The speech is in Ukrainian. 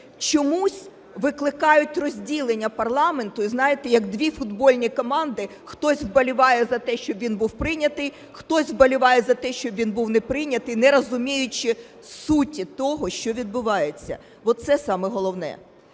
чомусь викликають розділення парламенту, знаєте, як дві футбольні команди, хтось вболіває за те, щоб він був прийнятий, хтось вболіває за те, щоб він був не прийнятий, не розуміючи суті того, що відбувається. Оце саме головне.